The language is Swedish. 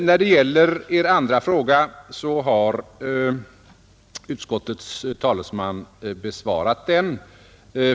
När det gäller Er andra fråga har utskottets talesman redan besvarat den.